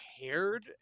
cared